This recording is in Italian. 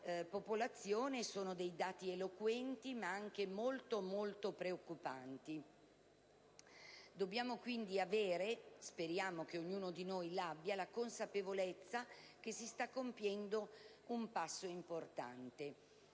popolazione sono eloquenti, ma anche molto, molto preoccupanti. Dobbiamo quindi avere - speriamo che ognuno di noi la abbia - la consapevolezza che si sta compiendo un passo importante